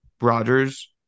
Rogers